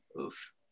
Oof